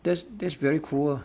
that that's very cruel